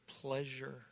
pleasure